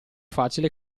facile